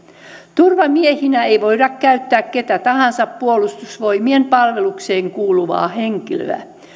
turvamiehenä ei voida käyttää ketä tahansa puolustusvoimien palvelukseen kuuluvaa henkilöä